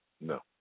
No